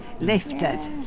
lifted